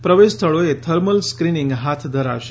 પ્રવેશ સ્થળોએ thermal screening હાથ ધરાશે